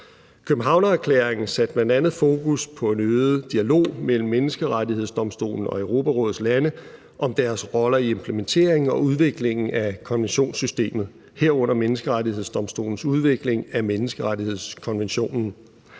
Københavnererklæringen satte bl.a. fokus på en øget dialog mellem Menneskerettighedsdomstolen og Europarådets lande om deres roller i implementeringen og udviklingen af konventionssystemet, herunder Menneskerettighedsdomstolens udvikling af menneskerettighedskonventionen.